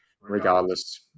Regardless